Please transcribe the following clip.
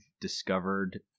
discovered